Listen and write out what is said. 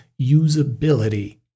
usability